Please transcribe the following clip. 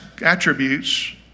attributes